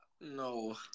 no